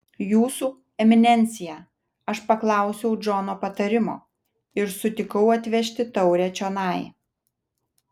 jūsų eminencija aš paklausiau džono patarimo ir sutikau atvežti taurę čionai